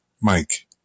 Mike